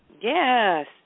Yes